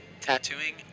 Tattooing